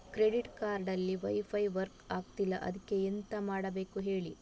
credit card ಅಲ್ಲಿ wifi work ಆಗ್ತಿಲ್ಲ ಅದ್ಕೆ ಎಂತ ಮಾಡಬೇಕು ಹೇಳಿ